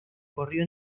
corrió